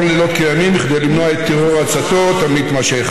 לילות כימים כדי למנוע את טרור ההצתות המתמשך,